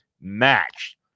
match